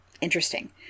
Interesting